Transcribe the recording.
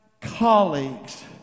colleagues